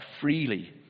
freely